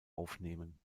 aufnehmen